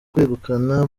kwegukana